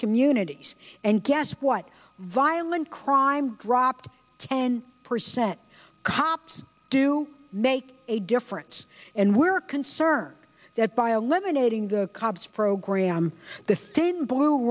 communities and guess what violent crime dropped ten percent cops do make a difference and we're concerned that by a lemonade ing the cops program the thin blue